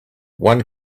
one